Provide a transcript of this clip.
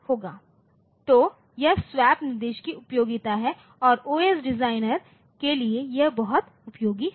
तो यह स्वैप निर्देश की उपयोगिता है और ओएस डिजाइनरों के लिए यह बहुत उपयोगी है